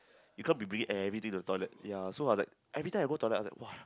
you can't be bringing everything to the toilet ya so of that everytime I go toilet I said !wow!